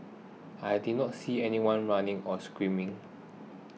I didn't see anyone running or screaming